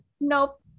Nope